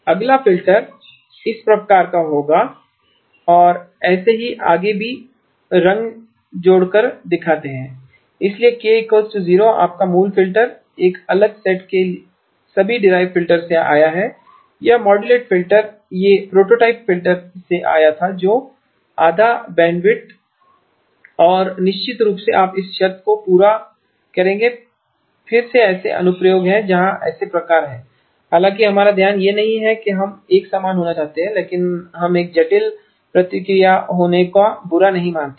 अगला फिल्टर इस प्रकार का होगा और ऐसे ही आगे भी रंग जोड़े को दिखाते हैं इसलिए k 0 आपका मूल फ़िल्टर एक अलग सेट के सभी डिराइवड फ़िल्टर से आया है या मॉडलटेड फिल्टर यह प्रोटोटाइप फिल्टर से आया था जो आधा बैंडविड्थ था और निश्चित रूप से आप इस शर्त को पूरा करेंगे फिर से ऐसे अनुप्रयोग हैं जहां ऐसे प्रकार हैं हालांकि हमारा ध्यान यह नहीं है कि हम एक समान होना चाहते हैं लेकिन हम एक जटिल प्रतिक्रिया होने का बुरा नहीं मानते हैं